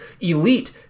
elite